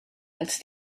als